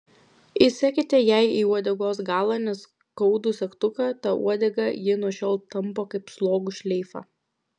įsekite jai į uodegos galą neskaudų segtuką tą uodegą ji nuo šiol tampo kaip slogų šleifą